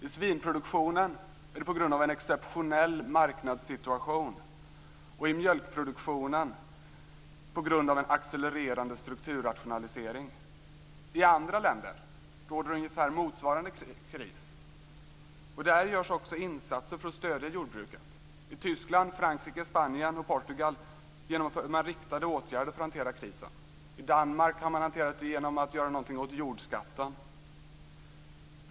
I svinproduktionen är det på grund av en exceptionell marknadssituation, och i mjölkproduktionen är det på grund av en accelererande strukturrationalisering. I andra länder råder det ungefär motsvarande kris, och där görs också insatser för att stödja jordbruket. I Tyskland, Frankrike, Spanien och Portugal genomför man riktade åtgärder för att hantera krisen. I Danmark har man hanterat detta genom att göra något åt jordskatten.